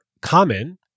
common